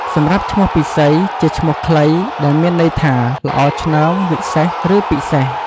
សម្រាប់ឈ្មោះពិសី ជាឈ្មោះខ្លី ដែលមានន័យថា ល្អឆ្នើម វិសេស ឬ ពិសេស។